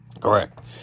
Correct